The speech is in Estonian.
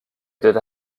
teda